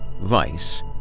Vice